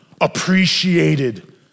appreciated